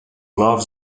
love